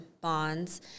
bonds